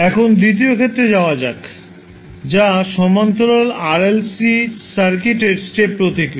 এখন দ্বিতীয় ক্ষেত্রে যাওয়া যাক যা সমান্তরাল RLC সার্কিটের স্টেপ প্রতিক্রিয়া